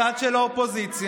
בצד השני לא הערת הערה אחת.